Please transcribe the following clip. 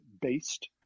based